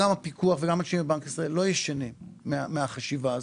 הפיקוח וגם אנשי בנק ישראל לא ישנים מהחשיבה הזאת.